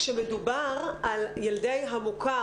כשמדובר על ילדי המוכר.